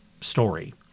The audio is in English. story